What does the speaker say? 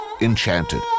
enchanted